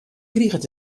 kriget